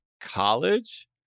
college